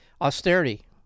Austerity